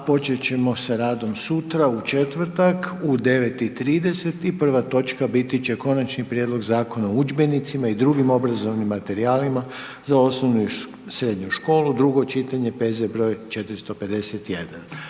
počet ćemo sa radom sutra, u četvrtak, u 9:30 sati i prva točka bit će Konačni prijedlog Zakona o udžbenicima i drugim obrazovnim materijalima za osnovnu i srednju školu, drugo čitanje, PZ broj 451.